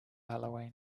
halloween